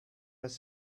was